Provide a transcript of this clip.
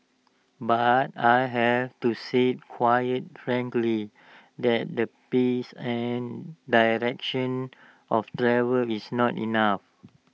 but I have to say quite frankly that the pace and direction of travel is not enough